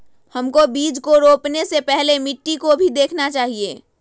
हमको बीज को रोपने से पहले मिट्टी को भी देखना चाहिए?